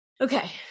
Okay